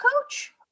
coach